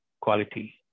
quality